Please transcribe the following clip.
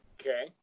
Okay